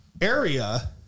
area